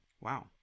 Wow